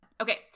Okay